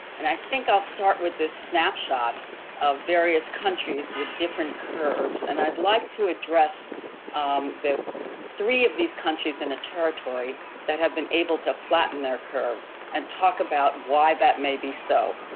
and i think i'll start with this snapshot of various countries with different curves. and i'd like to address um three of these countries in a territory that have been able to flatten their curve and talk about why that may be so.